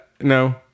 No